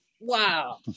Wow